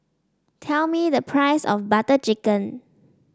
tell me the price of Butter Chicken